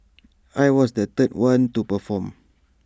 I was the third one to perform